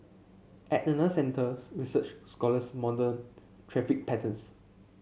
at centres research scholars model traffic patterns